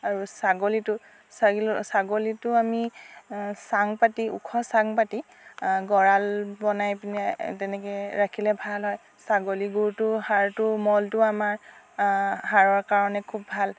আৰু ছাগলীটো ছাগলীটো আমি চাং পাতি ওখ চাং পাতি গঁৰাল বনাই পিনে তেনেকে ৰাখিলে ভাল হয় ছাগলী গুৰটো সাৰটো মলটো আমাৰ সাৰৰ কাৰণে খুব ভাল